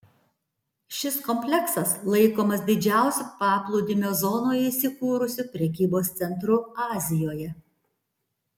šis kompleksas laikomas didžiausiu paplūdimio zonoje įsikūrusiu prekybos centru azijoje